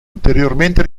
ulteriormente